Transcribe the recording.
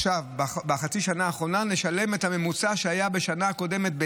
בחצי השנה האחרונה נשלם את הממוצע שהיה בשנה הקודמת,